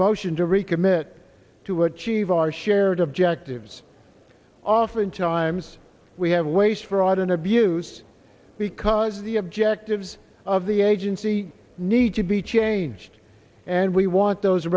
motion to recommit to achieve our shared objectives oftentimes we have waste fraud and abuse because the objectives of the agency need to be changed and we want those